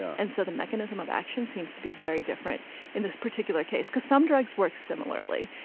and so the mechanism of action seems to be very different in this particular case cause some drugs work similarly.